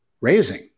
raising